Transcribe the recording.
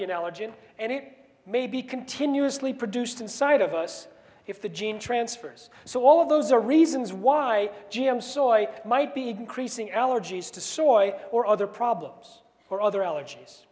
be an allergen and it may be continuously produced inside of us if the gene transfers so all of those are reasons why g m soy might be crossing allergies to soil or other problems or other allergies